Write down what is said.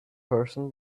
person